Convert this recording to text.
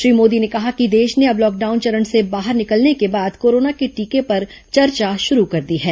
श्री मोदी ने कहा कि देश ने अब लॉकडाउन चरण से बाहर निकलने के बाद कोरोना के टीके पर चर्चा शुरू कर दी है